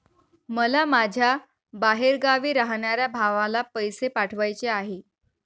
मला माझ्या बाहेरगावी राहणाऱ्या भावाला पैसे पाठवायचे आहे